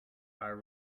are